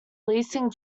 leasing